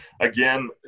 again